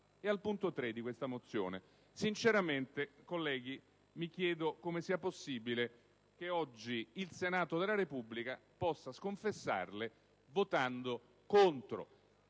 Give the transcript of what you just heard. dispositivo di questa mozione. Sinceramente, colleghi, mi chiedo come sia possibile che oggi il Senato della Repubblica possa sconfessarle votando contro.